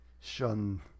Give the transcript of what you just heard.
Shun